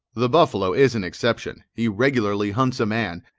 the buffalo is an exception he regularly hunts a man,